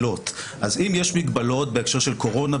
דווקא בגלל שחברי ועדת הבחירות עסוקים וטרודים בעניינים של קמפיין,